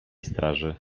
straży